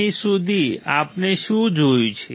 અહીં સુધી આપણે શું જોયું છે